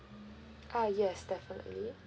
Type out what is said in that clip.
uh yes definitely